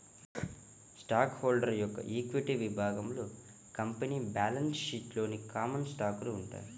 stock holder యొక్క equity విభాగంలో company balance షీట్లోని కామన్ స్టాకులు ఉంటాయి